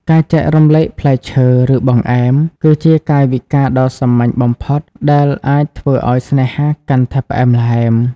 ការចែករំលែកផ្លែឈើ ឬបង្អែម គឺជាកាយវិការដ៏សាមញ្ញបំផុត ដែលអាចធ្វើឱ្យស្នេហាកាន់តែផ្អែមល្ហែម។